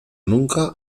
nunca